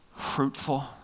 Fruitful